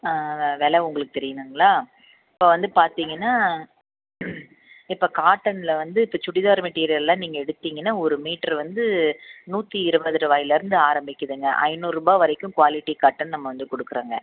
ஆ விலை உங்களுக்கு தெரியணுங்களா இப்போது வந்து பார்த்தீங்கனா இப்போ காட்டனில் வந்து இப்போ சுடிதார் மெட்டிரியெல்லாம் நீங்கள் எடுத்திங்கனால் ஒரு மீட்டர் வந்து நூற்றி இருபது ரூபாயிலேருந்து ஆரம்பிக்குதுங்க ஐந்நூறுரூபா வரைக்கும் குவாலிட்டி காட்டன் நம்ம வந்து கொடுக்குறாங்க